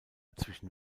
zwischen